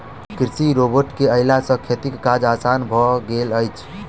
कृषि रोबोट के अयला सॅ खेतीक काज आसान भ गेल अछि